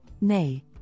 nay